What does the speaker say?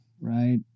right